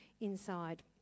inside